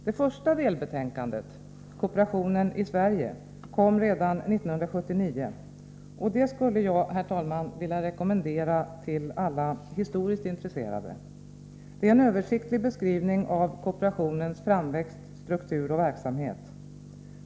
Det första delbetänkandet, Kooperationen i Sverige, kom redan 1979, och det skulle jag, herr talman, vilja rekommendera till läsning för alla historiskt intresserade. Det är en översiktlig beskrivning av kooperationens framväxt, struktur och verksamhet.